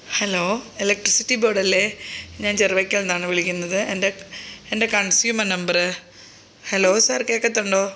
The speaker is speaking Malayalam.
ഹലോ എലക്ട്രിസിറ്റി ബോർഡല്ലേ ഞാൻ ചിറവക്കിൽ നിന്നാണ് വിളിക്കുന്നത് എൻ്റെ എൻ്റെ കൺസ്യൂമർ നമ്പറ് ഹലോ സാർ കേൾക്കുന്നുണ്ടോ